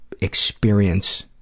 experience